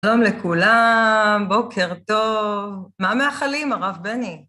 שלום לכולם, בוקר טוב, מה מאחלים הרב בני?